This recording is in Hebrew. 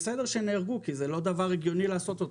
בסדר שנהרגו כי זה לא דבר הגיוני לעשותו.